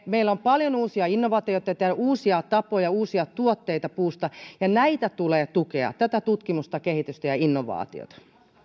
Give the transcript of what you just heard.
meillä on paljon uusia innovaatioita uusia tapoja uusia tuotteita puusta ja näitä tulee tukea tätä tutkimusta kehitystä ja innovaatiota